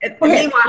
meanwhile